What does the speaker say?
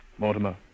Mortimer